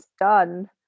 done